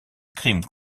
crimes